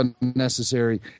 unnecessary